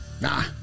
Nah